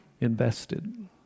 invested